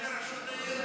ואיפה מאזן היום?